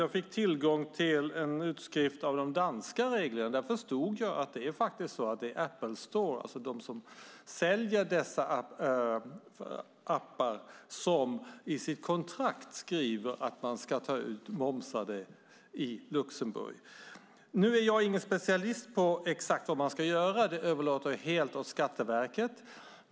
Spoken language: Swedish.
Jag fick tillgång till en utskrift av de danska reglerna. Då förstod jag att det faktiskt är App Store, alltså de som säljer dessa appar, som i sitt kontrakt skriver att man ska ta ut moms i Luxemburg. Jag är ingen specialist på vad man ska göra exakt. Det överlåter jag helt till Skatteverket.